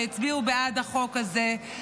שהצביעו בעד החוק הזה,